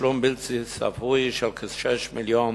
ותשלום בלתי צפוי של כ-6 מיליוני